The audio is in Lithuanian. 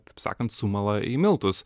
taip sakant sumala į miltus